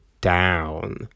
down